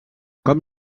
com